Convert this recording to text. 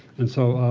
and so,